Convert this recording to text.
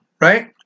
right